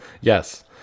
Yes